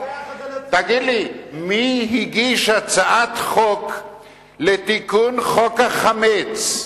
תגיד לי, מי הגיש הצעת חוק לתיקון חוק החמץ?